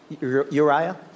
Uriah